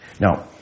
Now